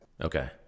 Okay